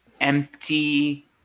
empty